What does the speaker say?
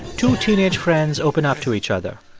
two teenage friends open up to each other.